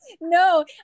no